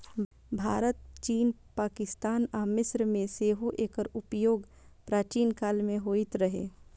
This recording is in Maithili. भारत, चीन, पाकिस्तान आ मिस्र मे सेहो एकर उपयोग प्राचीन काल मे होइत रहै